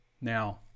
Now